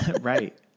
Right